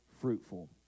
fruitful